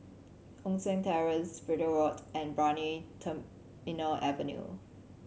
Hong San Terrace Bideford Road and Brani Terminal Avenue